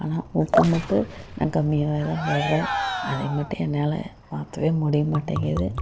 ஆனால் உப்பு மட்டும் நான் கம்மியாகவேதான் போடுறேன் அதை மட்டும் என்னால் மாற்றவே முடிய மாட்டேங்குது